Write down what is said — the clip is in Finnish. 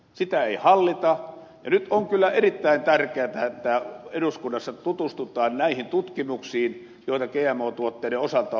sitä ei hallita ja nyt on kyllä erittäin tärkeätä että eduskunnassa tutustutaan näihin tutkimuksiin joita gmo tuotteiden osalta on tehty